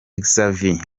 xavier